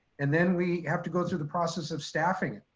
and then we have to go through the process of staffing.